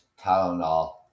Tylenol